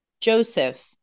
Joseph